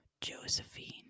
josephine